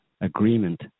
agreement